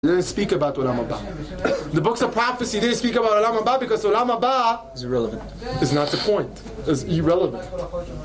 THEY DON'T SPEAK ABOUT עולם הבא. THE BOOKS OF PROPHECY THEY SPEAK ABOUT עולם הבא, BECAUSE שעולם הבא... IS IRRELEVANT THAT'S NOT THE POINT. IS URRELEVANT.